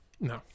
No